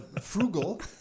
frugal